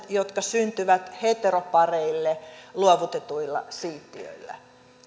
jotka syntyvät heteropareille luovutetuilla siittiöillä